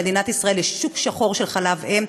במדינת ישראל יש שוק שחור של חלב אם,